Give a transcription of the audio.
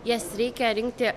jas reikia rinkti